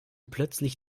plötzlich